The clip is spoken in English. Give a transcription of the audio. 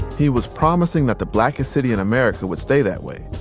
he was promising that the blackest city in america would stay that way.